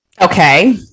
okay